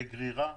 בגרירה,